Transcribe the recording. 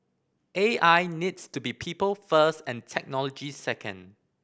A I needs to be people first and technology second